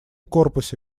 корпусе